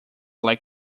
like